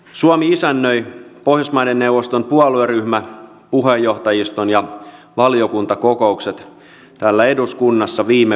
suomi isännöi pohjoismaiden neuvoston puolueryhmäpuheenjohtajiston ja valiokuntien kokoukset täällä eduskunnassa viime viikolla